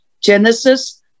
Genesis